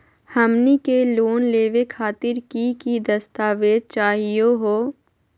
हमनी के लोन लेवे खातीर की की दस्तावेज चाहीयो हो?